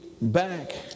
back